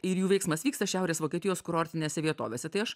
ir jų veiksmas vyksta šiaurės vokietijos kurortinėse vietovėse tai aš